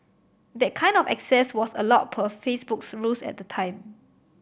that kind of access was allowed per Facebook's rules at the time